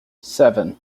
seven